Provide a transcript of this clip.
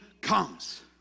comes